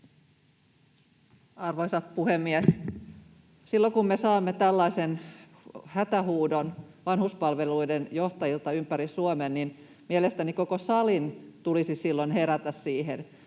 Arvoisa puhemies! Silloin, kun me saamme tällaisen hätähuudon vanhuspalveluiden johtajilta ympäri Suomen, niin mielestäni koko salin tulisi silloin herätä siihen.